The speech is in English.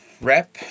rep